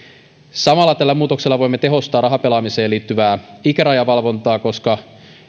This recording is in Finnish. samalla tällä muutoksella voimme tehostaa rahapelaamiseen liittyvää ikärajavalvontaa koska